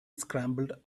scrambled